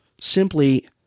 simply